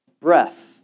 Breath